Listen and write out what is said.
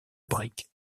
briques